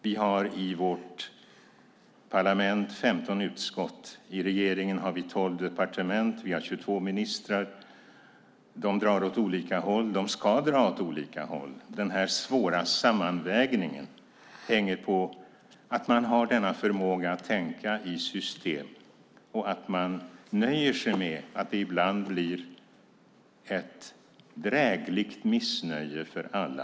Vi har i vårt parlament 15 utskott. I regeringen har vi tolv departement. Vi har 22 ministrar. De drar åt olika håll, och de ska dra åt olika håll. Den svåra sammanvägningen hänger på att man har denna förmåga att tänka i system och att man nöjer sig med att det ibland blir ett drägligt missnöje för alla.